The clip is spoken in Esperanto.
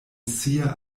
sia